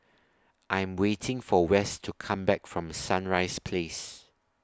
I'm waiting For Wess to Come Back from Sunrise Place